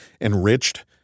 enriched